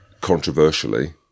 controversially